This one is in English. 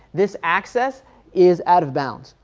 this access is out of bounds,